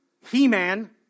He-Man